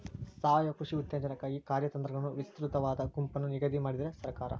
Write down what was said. ಸಾವಯವ ಕೃಷಿ ಉತ್ತೇಜನಕ್ಕಾಗಿ ಕಾರ್ಯತಂತ್ರಗಳನ್ನು ವಿಸ್ತೃತವಾದ ಗುಂಪನ್ನು ನಿಗದಿ ಮಾಡಿದೆ ಸರ್ಕಾರ